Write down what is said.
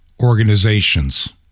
Organizations